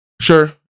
Sure